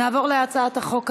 נעבור להצעת החוק הבאה: